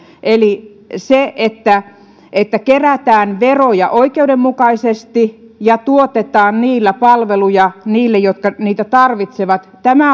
eli se että että kerätään veroja oikeudenmukaisesti ja tuotetaan niillä palveluja niille jotka niitä tarvitsevat